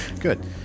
Good